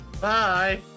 Bye